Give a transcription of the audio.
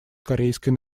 корейской